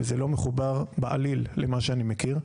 וזה לא מחובר בעליל למה שאני מכיר.